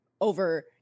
Over